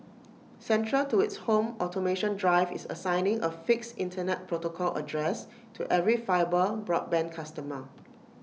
central to its home automation drive is assigning A fixed Internet protocol address to every fibre broadband customer